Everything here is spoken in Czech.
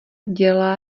děla